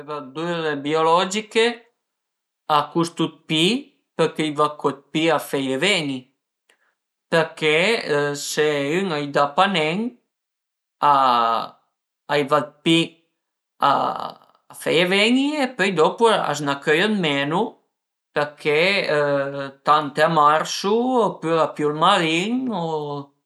Alura le verdüre biologiche a custu dë pi përché a i va co dë pi a feie ven-i përché se ün a i da pa nen a i va dë pi a feie veni e pöi dopu a s'na cöi co dë menu përché tante a marsu opüra a pìu ël marin o